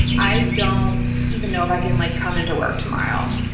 i don't even know if i can, like, come into work tomorrow.